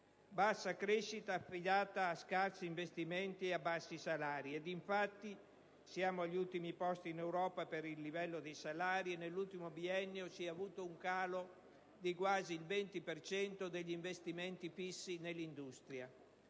Bassa crescita affidata a scarsi investimenti e a bassi salari: ed infatti siamo agli ultimi posti in Europa per il livello dei salari, e nell'ultimo biennio si è registrato un calo di quasi il 20 per cento per gli investimenti fissi nell'industria.